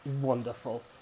wonderful